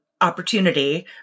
opportunity